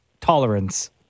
tolerance